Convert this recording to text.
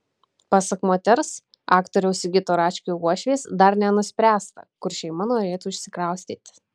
pasak moters aktoriaus sigito račkio uošvės dar nenuspręsta kur šeima norėtų išsikraustyti